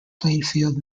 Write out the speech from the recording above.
plainfield